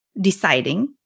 deciding